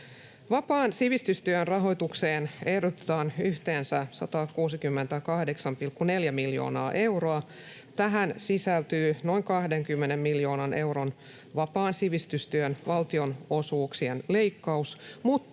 Vapaan sivistystyön rahoitukseen ehdotetaan yhteensä 168,4 miljoonaa euroa. Tähän sisältyy noin 20 miljoonan euron vapaan sivistystyön valtionosuuksien leikkaus